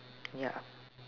ya